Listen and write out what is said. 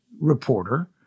reporter